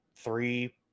three